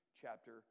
chapter